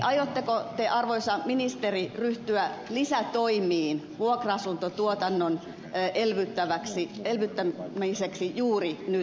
aiotteko te arvoisa ministeri ryhtyä lisätoimiin vuokra asuntotuotannon elvyttämiseksi juuri nyt